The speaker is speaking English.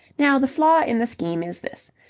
now, the flaw in the scheme is this.